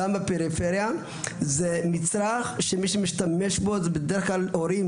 גם בפריפריה זה מצרך שמי שמשתמש בו זה בדרך כלל הורים